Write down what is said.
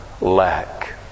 lack